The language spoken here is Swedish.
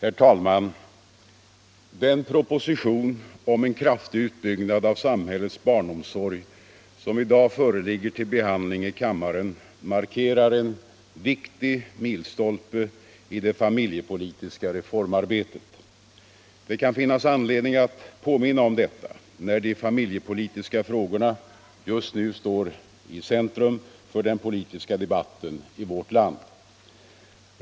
Herr talman! Den proposition om cen kraftig utbyggnad av samhällets barnomsorg som i dag föreligger ull behandling i kammaren markerar en viktig milstolpe i det familjepolitiska reformarbetet. Det kan finnas anledning att påminna om detta när de familjepolitiska frågorna just Barnomsorgen Barnomsorgen nu står i centrum för den politiska debatten i vårt land.